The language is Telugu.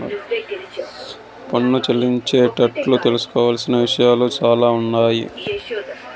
పన్ను చెల్లించేటోళ్లు తెలుసుకోవలసిన విషయాలు సాలా ఉండాయి